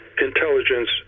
intelligence